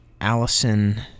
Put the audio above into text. Allison